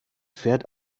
fährt